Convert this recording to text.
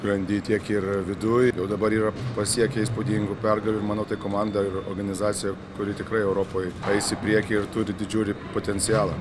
grandy tiek ir viduj jau dabar yra pasiekę įspūdingų pergalių manau tai komanda ir organizacija kuri tikrai europoj ais į priekį ir turi didžiulį potencialą